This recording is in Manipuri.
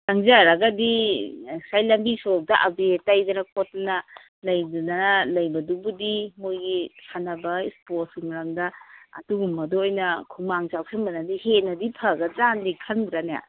ꯆꯪꯖꯔꯒꯗꯤ ꯉꯁꯥꯏ ꯂꯝꯕꯤ ꯁꯣꯔꯣꯛꯇ ꯑꯕꯦꯔ ꯇꯩꯗꯅ ꯈꯣꯠꯇꯅ ꯂꯩꯗꯅ ꯂꯩꯕꯗꯨꯕꯨꯗꯤ ꯃꯣꯏꯒꯤ ꯁꯥꯟꯅꯕ ꯏꯁꯄꯣꯔꯠꯀꯤ ꯃꯔꯝꯗ ꯑꯗꯨꯒꯨꯝꯕꯗ ꯑꯣꯏꯅ ꯈꯨꯃꯥꯡ ꯆꯥꯎꯁꯤꯟꯕꯅꯗꯤ ꯍꯦꯟꯅꯗꯤ ꯐꯒꯗ꯭ꯔꯥꯅ ꯈꯟꯗ꯭ꯔꯅꯦ